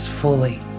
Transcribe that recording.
fully